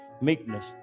meekness